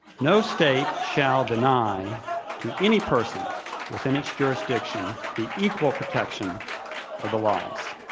no state shall deny to any person within its jurisdiction the equal protection of the laws.